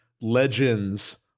legends